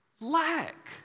lack